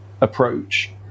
approach